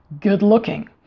good-looking